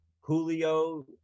Julio